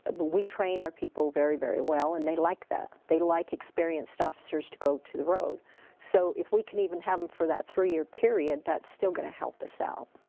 but we train our people very very well and they like that they like experienced officers to go to the road so if we could even have them for that three year period that still going to help us out.